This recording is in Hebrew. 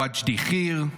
וג'די כיר,